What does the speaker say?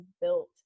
built